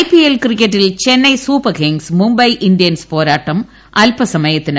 IPL ക്രിക്കറ്റിൽ Chennai Super Kings Mumbai Indians പോരാട്ടം ആരംഭിച്ചു